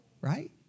right